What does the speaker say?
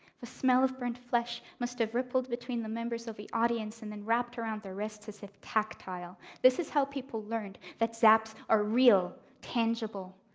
the smell of burned flesh must have rippled between the members of the audience and then wrapped around their wrists as if tactile. this is how people learned that zaps are real, tangible,